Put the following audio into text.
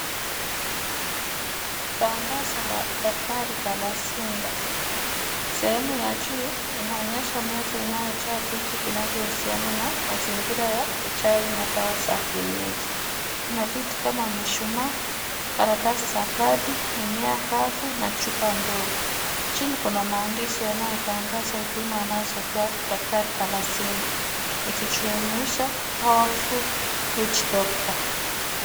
Tangazo la daktari Kalasinga. Sehemu ya juu inaonesha meza inayojaa vitu vinavyohusiana na mazingira ya uchawi na dawa za kienyeji. Kuna vitu kama mishumaa, karatasi za jadi, mimea kavu na chupa ndogo. Chini kuna maandishi yanayotangaza huduma anazotoa daktari Kalasinga ikijumuisha powerful witchdoctor .